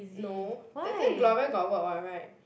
no that time Gloria got work [what] [right]